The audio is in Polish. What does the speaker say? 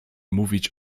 mówić